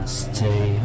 stay